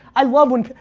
i love when,